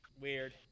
weird